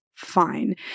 fine